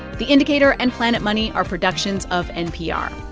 the indicator and planet money are productions of npr.